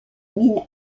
mine